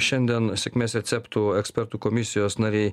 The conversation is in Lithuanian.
šiandien sėkmės receptų ekspertų komisijos nariai